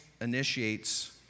initiates